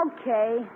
Okay